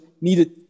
needed